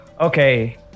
Okay